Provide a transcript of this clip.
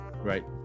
right